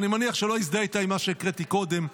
אני מניח שלא הזדהית עם מה שהקראתי קודם,